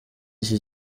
iki